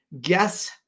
guess